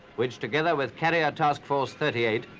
which together with carrier task force thirty eight,